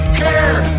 care